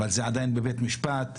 אבל זה עדיין בבית משפט,